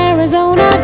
Arizona